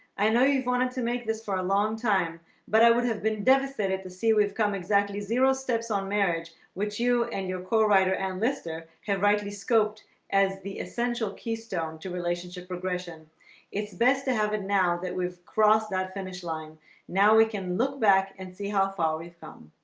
i know you've wanted to make this for a long time but i would have been devastated to see we've come exactly zero steps on marriage which you and your co-writer and lister have rightly scoped as the essential keystone to relationship progression it's best to have it now that we've crossed that finish line now we can look back and see how far we've come